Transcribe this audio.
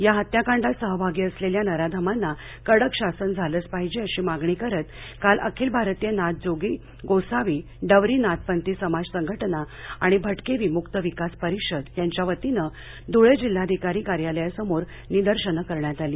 या हत्याकांडात सहभागी असलेल्या नराधमांना कडक शासन झालंच पाहिजे अशी मागणी करीत काल अखिल भारतीय नाथजोगी रावळ नाथ गोसावी डवरी नाथपंथी समाज संघटना आणि भटके विम्क्त विकास परिषद यांच्या वतीनं ध्ळे जिल्हाधिकारी कार्यालयासमोर निदर्शनं करण्यात आली